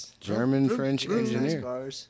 German-French-engineer